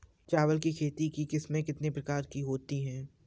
चावल की खेती की किस्में कितने प्रकार की होती हैं?